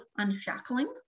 unshackling